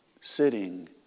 sitting